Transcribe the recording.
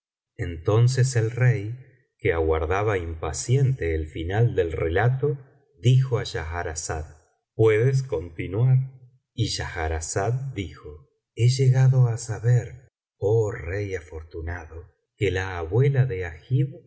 entonces el rey que aguardaba impaciente el final del relato dijo á schakrazada puedes continuar y sehahrazada dijo he llegado á saber oh rey afortunado que la abuela de agib